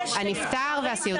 הנפטר והסיעודי.